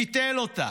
ביטל אותה.